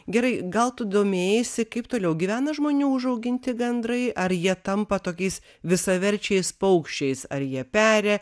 gerai gal tu domėjaisi kaip toliau gyvena žmonių užauginti gandrai ar jie tampa tokiais visaverčiais paukščiais ar jie peri